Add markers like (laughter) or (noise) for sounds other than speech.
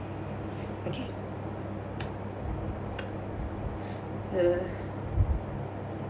okay (breath) the